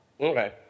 Okay